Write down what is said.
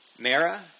Mara